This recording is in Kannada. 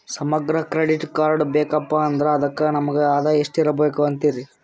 ನಮಗ ಕ್ರೆಡಿಟ್ ಕಾರ್ಡ್ ಬೇಕಪ್ಪ ಅಂದ್ರ ಅದಕ್ಕ ನಮಗ ಆದಾಯ ಎಷ್ಟಿರಬಕು ಅಂತೀರಿ?